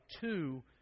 two